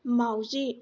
मावजि